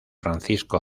francisco